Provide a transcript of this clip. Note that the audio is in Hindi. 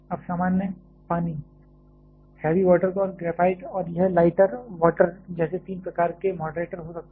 अब सामान्य पानी हैवी वाटर और ग्रेफाइट और यह लाइटर वाटर जैसे तीन प्रकार के मॉडरेटर हो सकते हैं